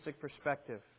perspective